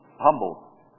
humble